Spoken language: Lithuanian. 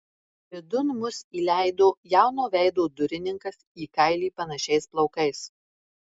vidun mus įleido jauno veido durininkas į kailį panašiais plaukais